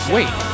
Wait